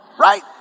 right